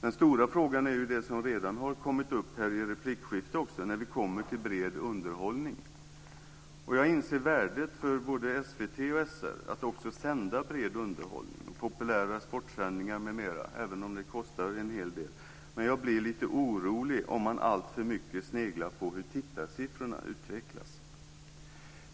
Den stora frågan är ju det som redan har kommit upp i replikskifte som handlar om bred underhållning. Jag inser värdet för både SVT och SR av att också sända bred underhållning, populära sportevenemang m.m. även om det kostar en hel del, men jag blir lite orolig om man alltför mycket sneglar på hur tittarsiffrorna utvecklas.